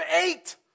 eight